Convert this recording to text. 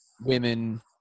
women